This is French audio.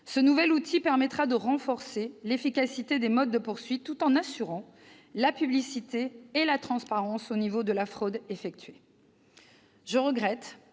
Ce nouvel outil permettra de renforcer l'efficacité des modes de poursuite, tout en assurant la publicité et la transparence pour ce qui concerne la fraude effectuée. Je regrette